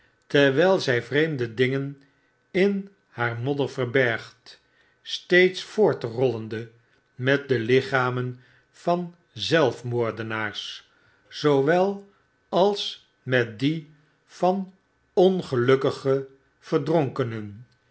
terwyl zy vreemde dingen in haar modder verbergt steeds voortrollonde met de lichamen van zelfmoordenaars zoowel als met die van ongelukkig verdronkenen